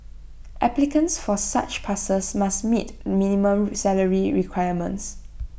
applicants for such passes must meet minimum salary requirements